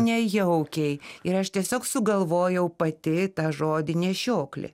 nejaukiai ir aš tiesiog sugalvojau pati tą žodį nešioklė